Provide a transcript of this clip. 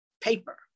paper